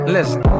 Listen